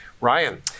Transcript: Ryan